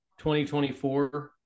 2024